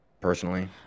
personally